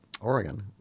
Oregon